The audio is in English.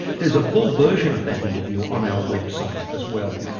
there's a full version of that interview on our website as well.